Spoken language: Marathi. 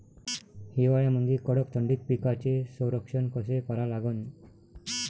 हिवाळ्यामंदी कडक थंडीत पिकाचे संरक्षण कसे करा लागन?